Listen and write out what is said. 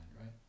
right